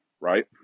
right